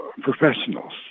professionals